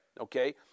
okay